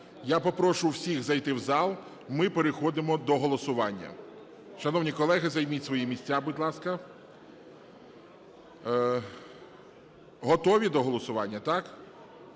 Я попрошу всіх зайти в зал, ми переходимо до голосування. Шановні колеги, займіть свої місця, будь ласка. Готові до голосування? Так.